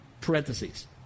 parentheses